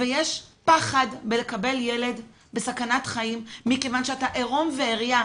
ויש פחד בלקבל ילד בסכנת חיים מכיוון שאתה עירום ועריה,